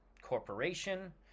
Corporation